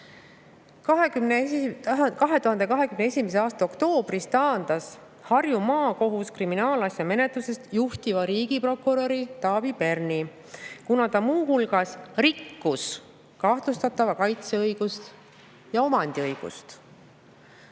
2021. aasta oktoobris taandas Harju Maakohus kriminaalasja menetlusest juhtiva riigiprokuröri Taavi Perni, kuna ta muu hulgas rikkus kahtlustatava kaitseõigust ja omandiõigust.